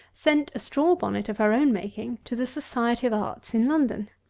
sent a straw-bonnet of her own making to the society of arts in london.